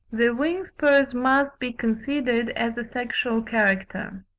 the wing-spurs must be considered as a sexual character.